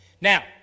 Now